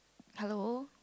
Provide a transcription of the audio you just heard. hello